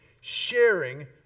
sharing